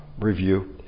review